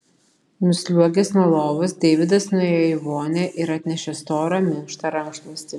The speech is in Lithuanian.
nusliuogęs nuo lovos deividas nuėjo į vonią ir atnešė storą minkštą rankšluostį